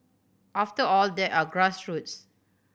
after all they are grassroots